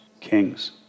Kings